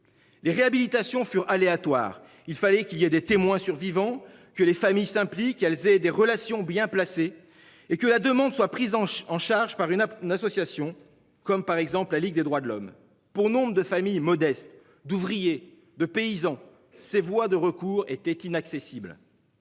Les réhabilitations furent aléatoire, il fallait qu'il y ait des témoins survivants que les familles s'impliquent elles et des relations bien placées et que la demande soit prise en j'en charge par une à une association comme par exemple la Ligue des droits de l'homme pour nombre de familles modestes d'ouvriers de paysans, ces voies de recours était inaccessible.